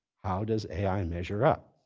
how does ai measure up?